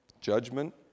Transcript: judgment